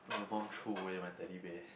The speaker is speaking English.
my mum threw away my Teddy Bear